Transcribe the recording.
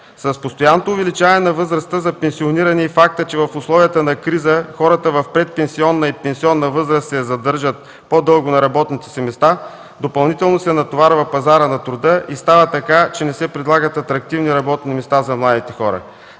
С постоянното увеличаване на възрастта за пенсиониране и факта, че в условията на криза хората в предпенсионна и пенсионна възраст се задържат по-дълго на работните си места, допълнително се натоварва пазарът на труда и става така, че не се предлагат атрактивни работни места за младите хора.